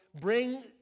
bring